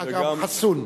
אכרם חסוּן.